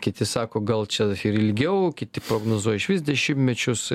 kiti sako gal čia ir ilgiau kiti prognozuoja išvis dešimtmečius